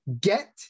get